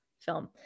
film